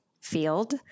field